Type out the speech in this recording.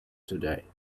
today